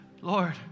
Lord